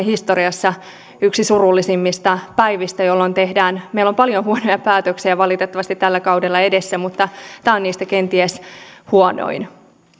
historiassa yhtä surullisimmista päivistä jolloin tehdään meillä on paljon huonoja päätöksiä valitettavasti tällä kaudella edessä mutta tämä on niistä kenties huonoin